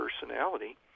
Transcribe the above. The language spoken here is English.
personality